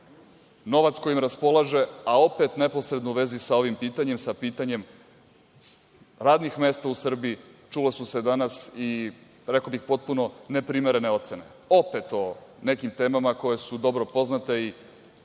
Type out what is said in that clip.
novac kojim raspolaže, a opet neposredno u vezi sa ovim pitanjem, sa ovim pitanjem radnih mesta u Srbiji, čuli su se danas, rekao bih, potpuno neprimerene ocene, a o nekim temama koje su dobro poznate i